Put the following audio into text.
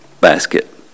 basket